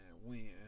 win